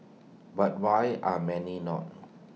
but why are many not